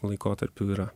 laikotarpių yra